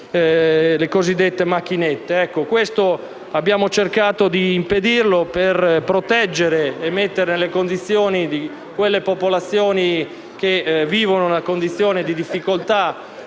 di queste macchinette. Abbiamo cercato di impedirlo per proteggere e mettere in condizione quelle popolazioni, che vivono una condizione di difficoltà